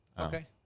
Okay